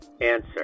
Answer